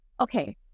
okay